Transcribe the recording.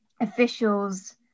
officials